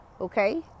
okay